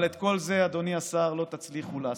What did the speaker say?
אבל את כל זה, אדוני השר, לא תצליחו לעשות,